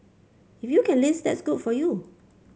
if you can list that's good for you